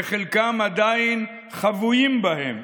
שחלקם עדיין חבויים בהם,